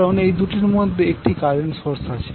কারণ এই দুটির মধ্যে একটি কারেন্ট সোর্স আছে